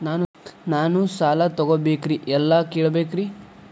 ನಾನು ಸಾಲ ತೊಗೋಬೇಕ್ರಿ ಎಲ್ಲ ಕೇಳಬೇಕ್ರಿ?